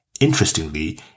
Interestingly